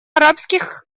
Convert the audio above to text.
арабских